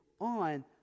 on